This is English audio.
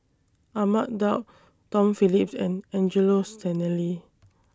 Ahmad Daud Tom Phillips and Angelo Sanelli